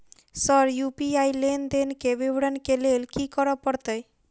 Sir UPI लेनदेन केँ विवरण केँ लेल की करऽ परतै?